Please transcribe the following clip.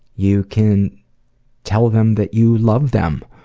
you can tell them that you love them.